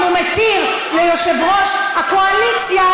אם הוא מתיר ליושב-ראש הקואליציה